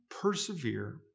persevere